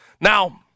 Now